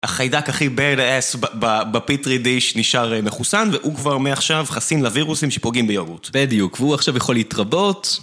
החיידק הכי בדאס בפטרידיש נשאר מחוסן והוא כבר מעכשיו חסין לווירוסים שפוגעים ביוגורט. בדיוק, והוא עכשיו יכול להתרבות...